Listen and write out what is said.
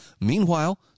Meanwhile